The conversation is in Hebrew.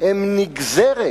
הן נגזרת